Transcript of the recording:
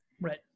Right